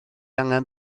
angen